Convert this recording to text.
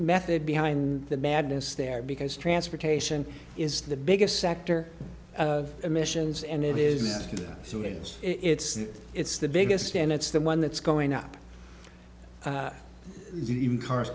method behind the madness there because transportation is the biggest sector of emissions and it is so is it's it's the biggest and it's the one that's going up even cars